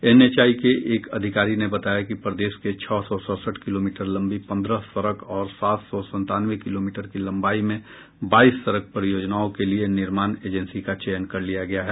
NHI के एक अधिकारी ने बताया कि प्रदेश के छह सौ सड़सठ किलोमीटर लम्बी पन्द्रह सड़क और सात सौ संतानवे किलोमीटर की लम्बाई में बाईस सड़क परियोजनाओं के लिए निर्माण एजेंसी का चयन कर लिया गया है